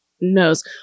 knows